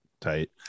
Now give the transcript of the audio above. tight